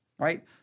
right